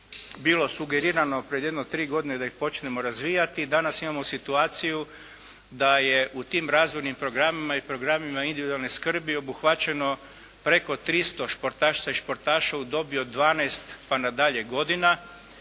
bilo sugerirano pred jedno tri godine da ih počnemo razvijati. Danas imamo situaciju da je u tim razvojnim programima i programima individualne skrbi obuhvaćeno preko 300 športašica i športaša u dobi od 12 pa nadalje godina.